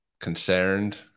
concerned